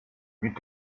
mit